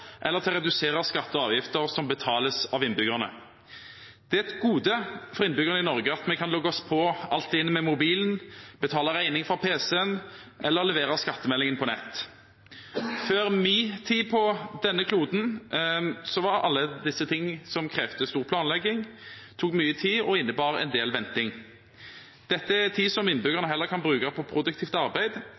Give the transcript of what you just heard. eller til å redusere skatter og avgifter som betales av innbyggerne. Det er et gode for innbyggerne i Norge at vi kan logge oss på Altinn med mobilen, betale regninger fra pc-en eller levere skattemeldingen på nett. Før min tid på denne kloden var alt dette noe som krevde stor planlegging, tok mye tid og innebar en del venting. Dette er tid som innbyggerne heller kan bruke på produktivt arbeid